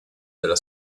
della